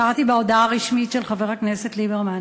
קראתי בהודעה הרשמית של חבר הכנסת ליברמן.